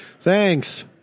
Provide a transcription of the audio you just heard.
Thanks